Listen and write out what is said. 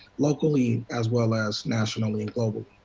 locally, as well as nationally and globally.